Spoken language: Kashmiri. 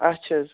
اَچھا حظ